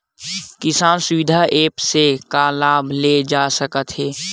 किसान सुविधा एप्प से का का लाभ ले जा सकत हे?